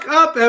up